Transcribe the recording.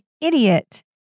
idiot